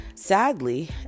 Sadly